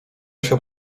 się